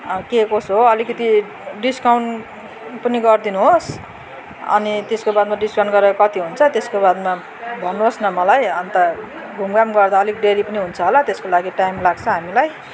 के कसो हो अल्कति डिस्काउन्ट पनि गरिदिनुहोस् अनि त्यसको बादमा डिस्काउन्ट गरेर कति हुन्छ त्यसको बादमा भन्नुहोस् न मलाई अन्त घुमघाम गर्दा अलिक देरि पनि हुन्छ होला त्यसको लागि टाइम लाग्छ हामीलाई